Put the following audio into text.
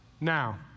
Now